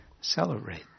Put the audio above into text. celebrate